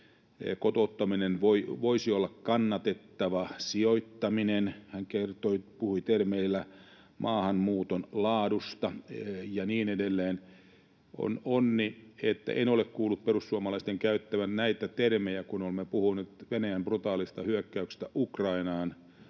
kotouttaminen voisi olla ”kannatettava sijoittaminen”. Hän puhui termillä ”maahanmuuton laatu” ja niin edelleen. On onni, että en ole kuullut perussuomalaisten käyttävän näitä termejä, kun olemme puhuneet Venäjän brutaalista hyökkäyksestä Ukrainaan